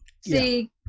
See